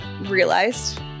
realized